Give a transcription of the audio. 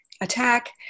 attack